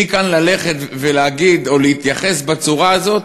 אבל מכאן ללכת ולהגיד או להתייחס בצורה הזאת,